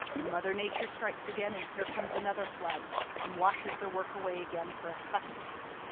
mother nature strikes again and here comes another flood and washes their work away again for a second time.